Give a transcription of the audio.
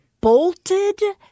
bolted